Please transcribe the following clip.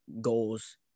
goals